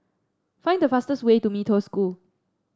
find the fastest way to Mee Toh School